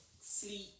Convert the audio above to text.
sleep